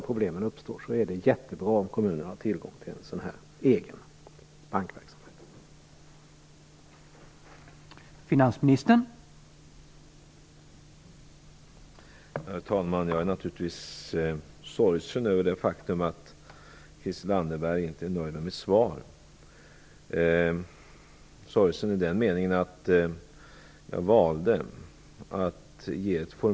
Det är jättebra att kommunen då har tillgång till en sådan här egen bankverksamhet.